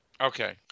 Okay